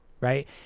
right